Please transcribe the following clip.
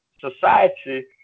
society